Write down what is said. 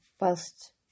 whilst